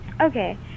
Okay